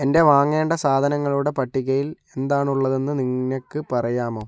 എൻ്റെ വാങ്ങേണ്ട സാധനങ്ങളുടെ പട്ടികയിൽ എന്താണുള്ളതെന്ന് നിനക്ക് പറയാമോ